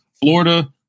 Florida